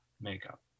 makeup